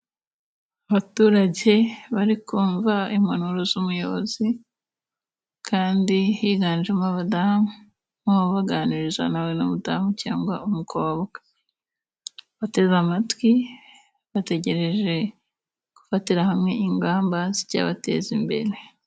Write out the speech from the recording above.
Abaturage bari kumva impanuro z'umuyobozi，kandi higanjemo abadamu， n'uwo ubaganiriza na we ni umudamu cyangwa umukobwa. Bateze amatwi bategereje gufatira hamwe ingamba z’icyabateza imbere.